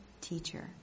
teacher